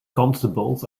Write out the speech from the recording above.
constables